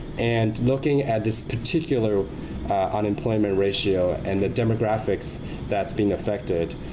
and looking at this particular unemployment ratio and the demographics that's been affected,